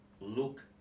look